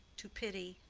to pity.